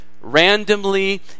randomly